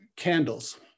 candles